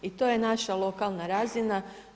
I to je naša lokalna razina.